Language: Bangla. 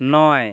নয়